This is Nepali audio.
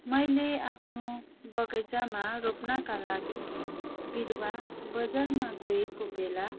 मैले आफ्नो बगैँचामा रोप्नका लागि बिरुवा बजारमा गएको बेला